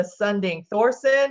Sunding-Thorson